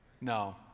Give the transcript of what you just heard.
No